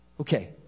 Okay